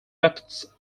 baptists